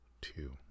two